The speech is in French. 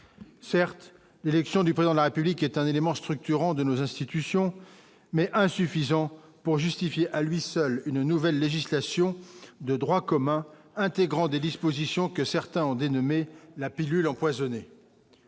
certes, l'élection du président de la République est un élément structurant de nos institutions, mais insuffisant pour justifier à lui seul une nouvelle législation de droit commun intégrant des dispositions que certains ont dénommé la pilule empoisonnée.